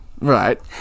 Right